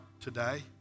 today